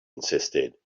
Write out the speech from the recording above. insisted